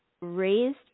raised